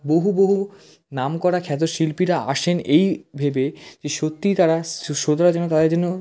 বহু বহু নাম করা খ্যাত শিল্পীরা আসেন এই ভেবে যে সত্যিই তারা শ্রোতারা যেন তাদের যেন